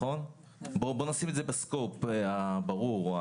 בואו נשים את זה ב"סקופ" הברור.